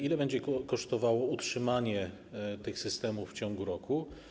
Ile będzie kosztowało utrzymanie tych systemów w ciągu roku?